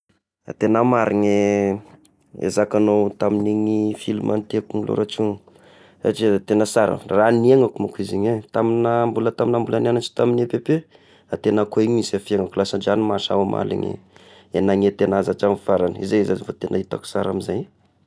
Ah tegna marigny zakagnao tamin'igny film an'i satria da tegna sara, raha niaignako manko izy igny eh, taminy iah mbol taminy iaho nianatry tamy EPP, ah tegna koa igny nisy fiaignako, lasa-dranomaso iaho omaly igny, eh nagnety agnazy hatramy faragny, izay zao va tegna hitako sara amizay.